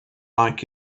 like